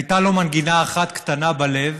הייתה לו מנגינה אחת קטנה בלב,